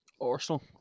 Arsenal